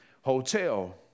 Hotel